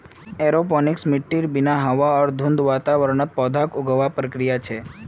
aeroponics मिट्टीर बिना हवा या धुंध वातावरणत पौधाक उगावार प्रक्रिया छे